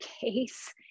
case